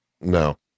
no